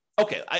Okay